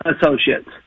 associates